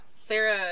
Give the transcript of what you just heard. Sarah